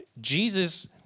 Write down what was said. Jesus